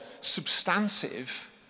substantive